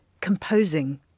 composing